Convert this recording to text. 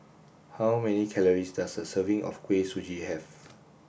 how many calories does a serving of Kuih Suji have